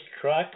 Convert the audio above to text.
truck